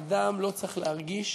אדם לא צריך להרגיש